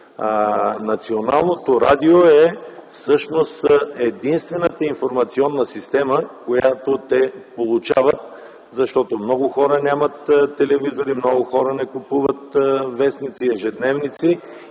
националното радио е единствената информационна система, която те получават. Много хора нямат телевизори, много хора не купуват вестници и